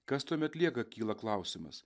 kas tuomet lieka kyla klausimas